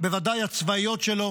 ובוודאי הצבאיות שלו